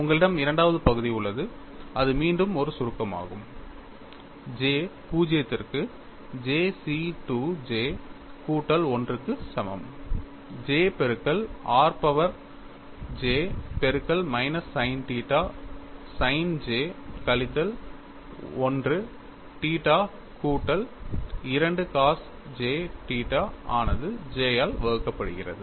உங்களிடம் இரண்டாவது பகுதி உள்ளது இது மீண்டும் ஒரு சுருக்கமாகும் j 0 க்கு J C 2 j கூட்டல் 1 க்கு சமம் j பெருக்கல் r பவர் j பெருக்கல் minus sin theta sin j கழித்தல் 1 தீட்டா கூட்டல் 2 cos j தீட்டா ஆனது j ஆல் வகுக்கப்படுகிறது